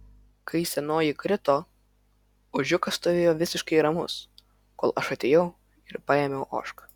kai senoji krito ožiukas stovėjo visiškai ramus kol aš atėjau ir paėmiau ožką